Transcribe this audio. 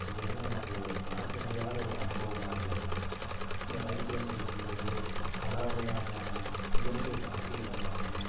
இது வந்து எனக்கு மறக்க முடியாத ஒரு அனுபவமாக இருந்துச்சு இந்த பைக்கில் செல்லும்போது பல வகையான இயற்கை காட்சிகளை பார்த்தேன்